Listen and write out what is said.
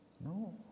No